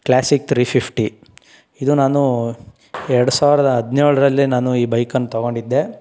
classic three fifty ಇದು ನಾನು ಎರಡು ಸಾವಿರದ ಹದಿನೇಳರಲ್ಲಿ ನಾನು ಈ ಬೈಕನ್ನ ತೊಗೊಂಡಿದ್ದೆ